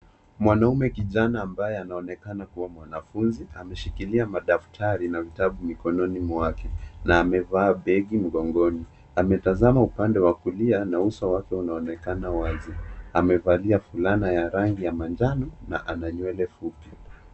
Mwanaume kijana ambaye anaonekana kuwa mwanafunzi, ameshikilia madaftari na vitabu mikononi mwake na amevaa begi mgongoni. Ametazama upande wa kulia na uso wake unaonekana wazi. Amevalia fulana ya rangi ya manjano na ana nywele fupi.